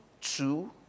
two